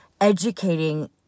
educating